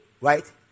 Right